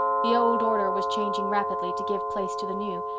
the old order was changing rapidly to give place to the new,